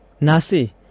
Nasi